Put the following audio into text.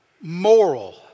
moral